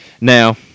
Now